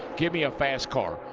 give me a fast car.